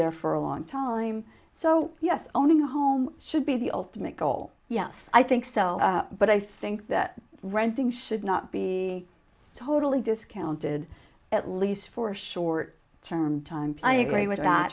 there for a long time so yes owning a home should be the ultimate goal yes i think so but i think that renting should not be totally discounted at least for a short term time i agree with that